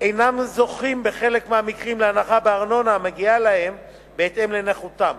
אינם זוכים בחלק מהמקרים להנחה בארנונה המגיעה להם בהתאם לנכותם,